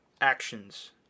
actions